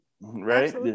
right